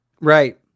right